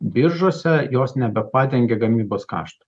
biržuose jos nebepadengia gamybos kaštų